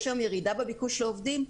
יש היום ירידה בביקוש לעובדים.